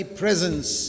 presence